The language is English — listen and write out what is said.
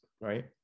right